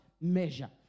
measure